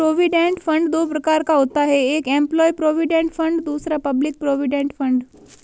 provident fund दो प्रकार का होता है एक एंप्लॉय प्रोविडेंट फंड दूसरा पब्लिक प्रोविडेंट फंड